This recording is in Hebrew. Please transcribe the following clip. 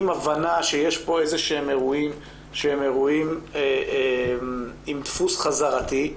עם הבנה שיש פה איזשהם אירועים שהם אירועים עם דפוס חזרתי,